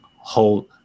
hold